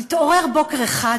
נתעורר בוקר אחד